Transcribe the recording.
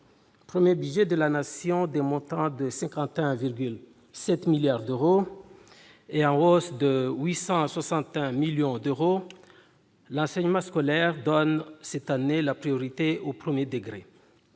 premier budget de la Nation, d'un montant de 51,7 milliards d'euros et en hausse de 861 millions d'euros, l'enseignement scolaire donne cette année la priorité au premier degré.